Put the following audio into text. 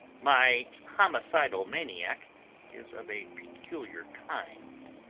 my homicidal maniac is of a peculiar kind.